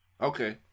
Okay